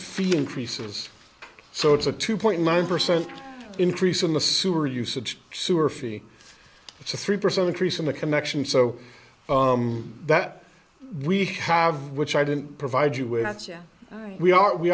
fee increases so it's a two point nine percent increase in the sewer usage sewer fee it's a three percent increase in the connection so that we have which i didn't provide you with that so we are we